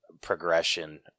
progression